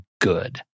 good